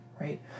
right